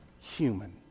human